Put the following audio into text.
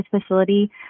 facility